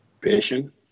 Patient